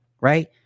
Right